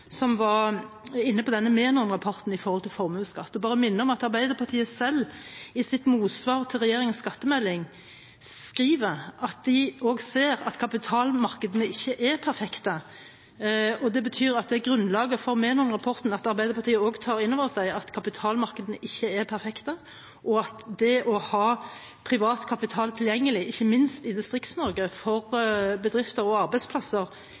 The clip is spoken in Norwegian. som var inne på denne Menon-rapporten om formuesskatt, at Arbeiderpartiet selv i sitt motsvar til regjeringens skattemelding skriver at de også ser at kapitalmarkedene ikke er perfekte. Det betyr at som i grunnlaget for Menon-rapporten tar Arbeiderpartiet også inn over seg at kapitalmarkedene ikke er perfekte, og at det å ha privat kapital tilgjengelig, ikke minst i Distrikts-Norge, for bedrifter og arbeidsplasser,